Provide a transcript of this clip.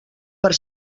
per